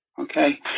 Okay